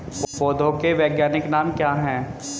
पौधों के वैज्ञानिक नाम क्या हैं?